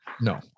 no